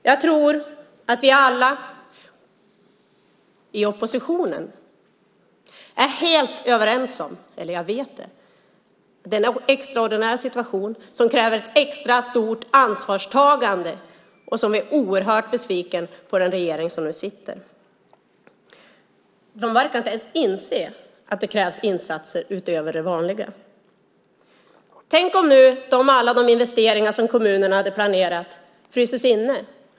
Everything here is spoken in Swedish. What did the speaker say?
Jag vet att vi alla i oppositionen är helt överens om att denna extraordinära situation kräver extra stort ansvarstagande och är oerhört besvikna på den regering som nu sitter. De verkar inte ens inse att det krävs insatser utöver det vanliga. Tänk om alla de investeringar som kommunerna hade planerat fryser inne!